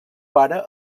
pare